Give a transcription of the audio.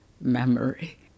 memory